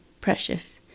precious